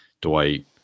Dwight